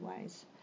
ways